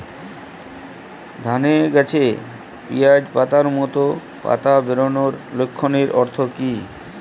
ধানের গাছে পিয়াজ পাতার মতো পাতা বেরোনোর লক্ষণের অর্থ কী?